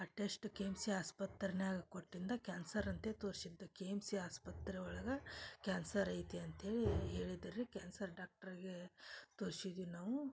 ಆ test K M C ಆಸ್ಪತ್ರೆನ್ಯಾಗ ಕೊಟ್ಟಿಂದ ಕ್ಯಾನ್ಸರ್ ಅಂತೆ ತೋರ್ಸಿದ್ದು ಕೆ ಎಮ್ ಸಿ ಆಸ್ಪತ್ರೆ ಒಳಗೆ ಕ್ಯಾನ್ಸರ್ ಐತಿ ಅಂತ್ಹೇಳಿ ಹೇಳಿದ್ದ ರೀ ಕ್ಯಾನ್ಸರ್ ಡಾಕ್ಟ್ರಿಗೇ ತೋರ್ಸಿದ್ವಿ ನಾವು